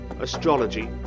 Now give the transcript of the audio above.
astrology